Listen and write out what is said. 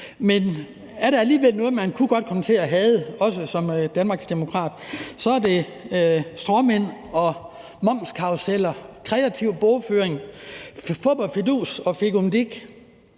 men er der alligevel noget, man godt kunne komme til at hade, også som danmarksdemokrat, er det stråmænd, momskarruseller, kreativ bogføring, fup og fidus og fikumdik,